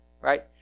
Right